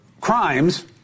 crimes